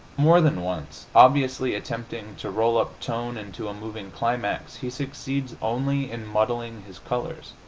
more than once, obviously attempting to roll up tone into a moving climax, he succeeds only in muddling his colors.